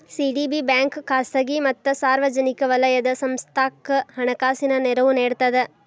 CDB bank ಖಾಸಗಿ ಮತ್ತ ಸಾರ್ವಜನಿಕ ವಲಯದ ಸಂಸ್ಥಾಕ್ಕ ಹಣಕಾಸಿನ ನೆರವು ನೇಡ್ತದ